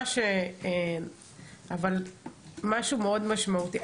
אבל משהו מאוד משמעותי.